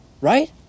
right